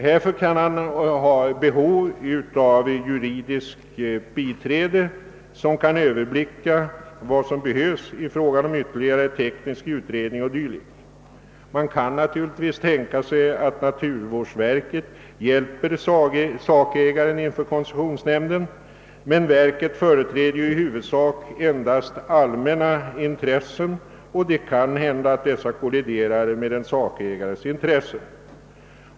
Härför kan han ha behov av juridiskt biträde, som kan överblicka vad som behövs i fråga om ytterligare teknisk utredning o.d. Man kan naturligtvis tänka sig att naturvårdsverket hjälper sakägaren inför koncessionsnämnden, men verket företräder i huvudsak endast allmänna intressen, och det kan hända att dessa kolliderar med en sakägares intressen.